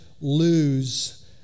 lose